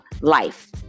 life